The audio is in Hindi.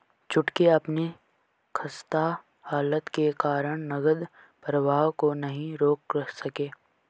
छुटकी अपनी खस्ता हालत के कारण नगद प्रवाह को नहीं रोक सके